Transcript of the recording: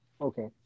Okay